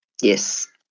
Yes